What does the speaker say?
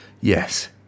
Yes